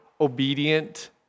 obedient